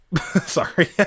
Sorry